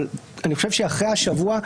אבל אני חושב שאחרי השבוע,